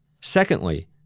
Secondly